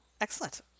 Excellent